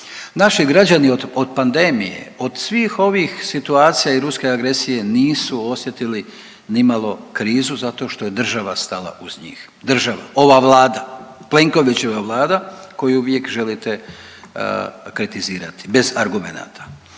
Naši građani od pandemije, od svih ovih situacija i ruske agresije nisu osjetili ni malo krizu zato što je država stala uz njih, država, ova Vlada, Plenkovićeva Vlada koju vi uvijek želite kritizirati bez argumenata.